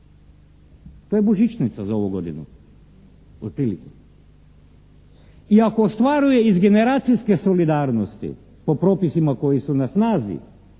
To je božićnica za ovu godinu, otprilike. I ako ostvaruje iz generacijske solidarnosti po propisima koji su na snazi,